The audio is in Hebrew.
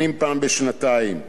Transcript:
ההנחות השמרניות,